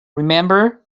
remember